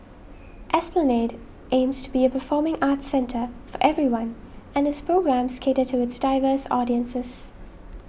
esplanade aims to be a performing arts centre for everyone and its programmes cater to its diverse audiences